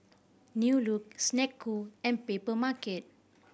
New Look Snek Ku and Papermarket